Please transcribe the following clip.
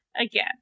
again